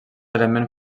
element